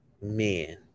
men